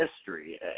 history